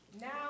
Now